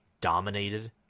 dominated